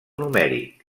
numèric